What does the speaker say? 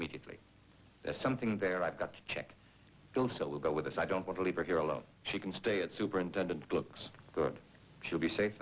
immediately there's something there i've got to check will go with us i don't want to leave her here alone she can stay at superintendent books she'll be safe